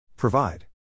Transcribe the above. Provide